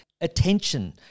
attention